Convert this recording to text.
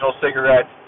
cigarette